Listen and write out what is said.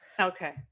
okay